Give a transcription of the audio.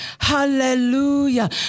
Hallelujah